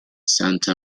santa